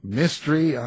mystery